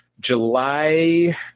July